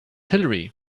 hillary